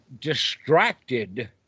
distracted